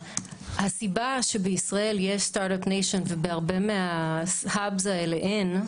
הסיבה שבישראל יש סטארט-אפ ניישן ובהרבה מההאבים האלה אין,